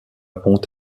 ponte